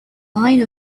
line